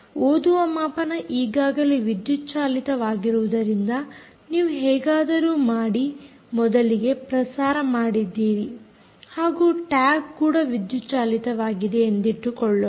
ಓದುವ ಮಾಪನ ಈಗಾಗಲೇ ವಿದ್ಯುತ್ ಚಾಲಿತವಾಗಿರುವುದರಿಂದ ನೀವು ಹೇಗಾದರೂ ಮಾಡಿ ಮೊದಲಿಗೆ ಪ್ರಸಾರ ಮಾಡಿದ್ದೀರಿ ಹಾಗೂ ಟ್ಯಾಗ್ ಕೂಡ ವಿದ್ಯುತ್ ಚಾಲಿತವಾಗಿದೆ ಎಂದಿಟ್ಟುಕೊಳ್ಳೋಣ